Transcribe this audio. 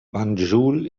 banjul